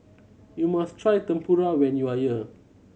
you must try Tempura when you are here